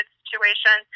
situation